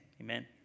amen